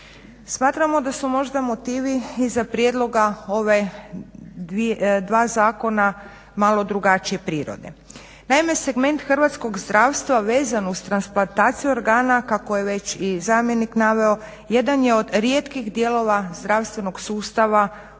Smatramo da su možda motivi iza prijedloga ova dva zakona malo drugačije prirode. Naime, segment hrvatskog zdravstva vezan uz transplantaciju organa kako je već i zamjenik naveo jedan je od rijetkih dijelova zdravstvenog sustava u RH koji